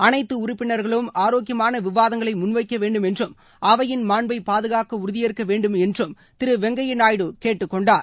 அனைத்து உறுப்பினர்களும் ஆரோக்கியமான விவாதங்களை முன்வைக்க வேண்டுமென்றும் அவையின் மாண்பை பாதுகாக்க உறுதியேற்க வேண்டுமென்றும் திரு வெங்கையா நாயுடு கேட்டுக் கொண்டார்